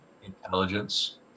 intelligence